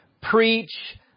preach